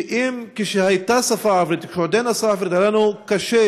שאם כשהייתה השפה הערבית שפה רשמית היה לנו קשה